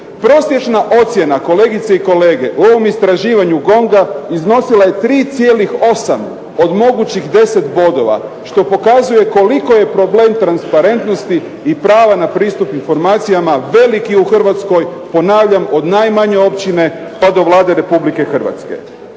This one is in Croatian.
Prosječna ocjena, kolegice i kolege, u ovom istraživanju GONG-a iznosila je 3,8 od mogućih 10 bodova što pokazuje koliko je problem transparentnosti i prava na pristup informacijama veliki u Hrvatskoj, ponavljam, od najmanje općine pa do Vlade Republike Hrvatske.